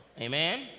Amen